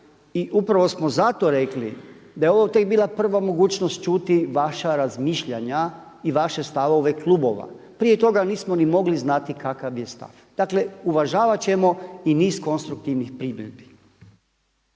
I upravo smo zato rekli da je ovo tek bila prva mogućnost čuti vaša razmišljanja i vaše stavove klubova, prije toga nismo ni mogli znati kakav je stav, dakle uvažavati ćemo i niz konstruktivnih primjedbi.